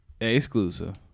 exclusive